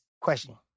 Question